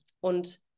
Und